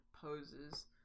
poses